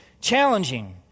challenging